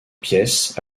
pièce